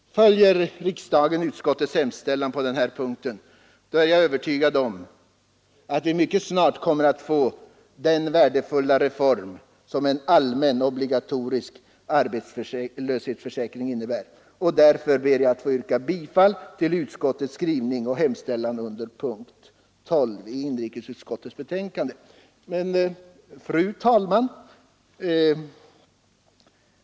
Följer riksdagen utskottets hemställan på den här punkten, är jag övertygad om att vi mycket snart kommer att få den värdefulla reform som en allmän obligatorisk arbetslöshetsförsäkring innebär. Därför ber jag att få yrka bifall till inrikesutskottets skrivning och hemställan under punkten 2. Fru talman!